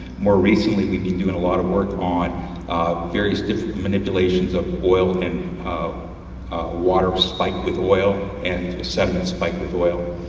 more recently we've been doing a lot of work on various different manipulations of oil and ah water spiked with oil and sediments spiked with oil.